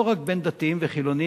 לא רק בין דתיים לחילונים,